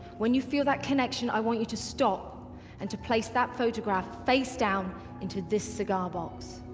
when you feel that connection i want you to stop and to place that photograph face down into this cigar box